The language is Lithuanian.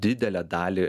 didelę dalį